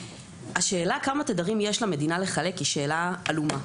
השאלה כמה תדרים יש למדינה לחלק, היא שאלה עלומה.